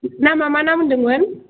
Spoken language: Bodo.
नामआ मा नाम होन्दोंमोन